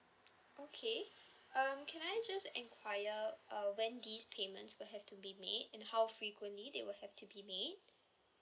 okay um can I just enquire uh when these payments will have to be made and how frequently they will have to be made